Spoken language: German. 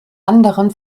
anderen